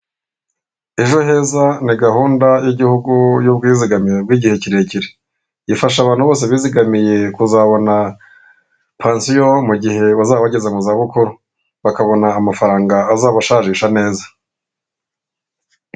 Ejo heza ni gahunda y'igihugu y'ubwizigame bw'igihe kirekire, ifasha abantu bose bizigamiye kuzabona pansiyo, mu gihe bazaba bageza mu za bukuru, bakabona amafaranga azabashajisha neza.